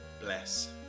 Bless